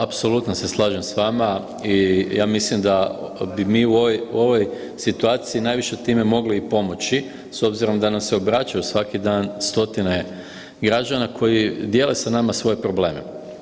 Apsolutno se slažem s vama i ja mislim da bi mi u ovoj situaciji najviše time mogli i pomoći s obzirom da nam se obraćaju svaki dan stotine građana koji dijele sa nama svoje probleme.